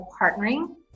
partnering